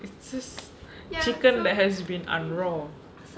it's just chicken that has been un-raw